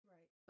Right